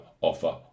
Offer